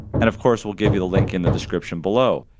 and of course we'll give you the link in the description below.